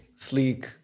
sleek